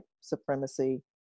supremacy